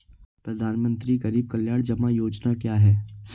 प्रधानमंत्री गरीब कल्याण जमा योजना क्या है?